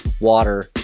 water